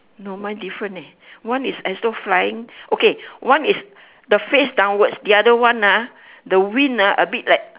no mine different eh one is as though flying okay one is the face downwards the other one ah the wing ah a bit like